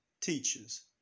teaches